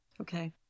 Okay